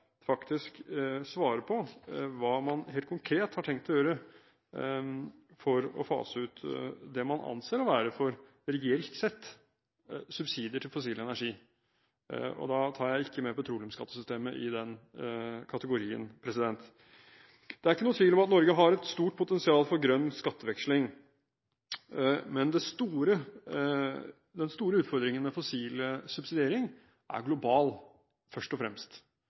svare på hva man helt konkret har tenkt å gjøre for å fase ut det man anser å være reelt sett subsidier til fossil energi. Da tar jeg ikke med petroleumsskattesystemet i den kategorien. Det er ikke noen tvil om at Norge har et stort potensial for grønn skatteveksling, men den store utfordringen med fossil subsidiering er global først og fremst.